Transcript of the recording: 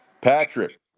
Patrick